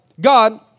God